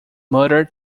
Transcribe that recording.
murder